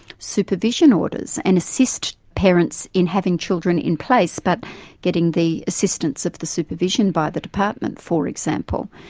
supervision orders and assist parents in having children in place but getting the assistance of the supervision by the department, for example.